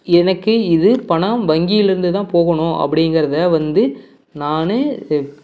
எனக்கு இது பணம் வங்கியிலேருந்துதான் போகணும் அப்படிங்கறத வந்து நான்